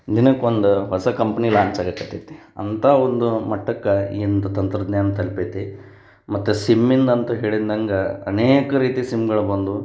ದಿನಕ್ಕೊಂದು ಹೊಸ company launch ಆಗಕತ್ತೈತಿ ಅಂಥ ಒಂದು ಮಟ್ಟಕ್ಕೆ ಈಗಿಂದು ತಂತ್ರಜ್ಞಾನ ತಲುಪೈತಿ ಮತ್ತು ಸಿಮ್ಮಿಂದು ಅಂತೂ ಹೇಳಿದ ನಂಗ ಅನೇಕ ರೀತಿ ಸಿಮ್ಗಳು ಬಂದವು